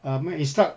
um ah instruct